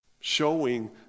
Showing